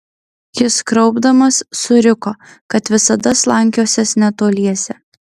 jis kraupdamas suriko kad visada slankiosiąs netoliese